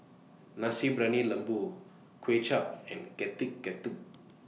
Nasi Briyani Lembu Kuay Chap and Getuk Getuk